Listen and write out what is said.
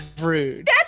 rude